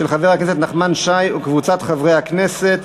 של חבר הכנסת נחמן שי וקבוצת חברי הכנסת.